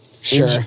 Sure